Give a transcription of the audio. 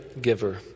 giver